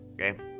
okay